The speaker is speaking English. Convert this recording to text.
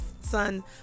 son